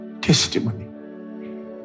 testimony